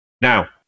Now